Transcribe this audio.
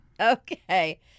Okay